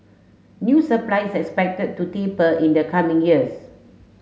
new supply is expected to taper in the coming years